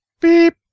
Beep